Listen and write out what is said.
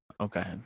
Okay